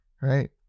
right